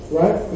right